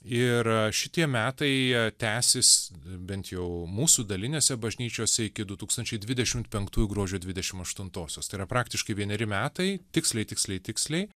ir šitie metai tęsis bent jau mūsų dalinėse bažnyčiose iki du tūkstančiai dvidešimt penktųjų gruodžio dvidešimt aštuntosios tai yra praktiškai vieneri metai tiksliai tiksliai tiksliai